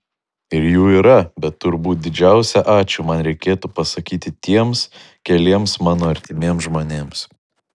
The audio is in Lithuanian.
ir jų yra bet turbūt didžiausią ačiū man reikėtų pasakyti tiems keliems mano artimiems žmonėms